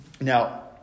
Now